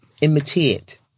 imitate